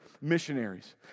missionaries